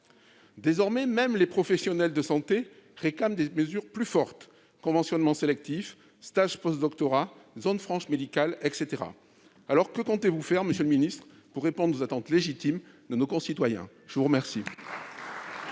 Désormais, même les professionnels de santé réclament des mesures plus fortes : conventionnement sélectif, stage post-doctorat ou encore zones franches médicales. Aussi, que comptez-vous faire, monsieur le ministre, pour répondre aux légitimes attentes de nos concitoyens ? La parole